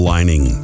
Lining